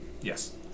Yes